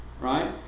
Right